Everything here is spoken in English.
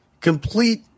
Complete